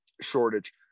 shortage